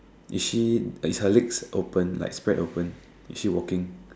is she is her legs open like spread open is she walking